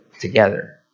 together